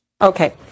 Okay